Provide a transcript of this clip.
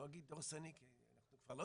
אני לא אגיד דורסני כי אנחנו כבר לא